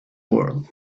world